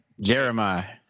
Jeremiah